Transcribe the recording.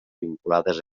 vinculades